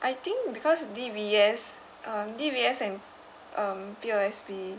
I think because D_B_S um D_B_S and um P_O_S_B